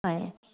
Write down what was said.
হয়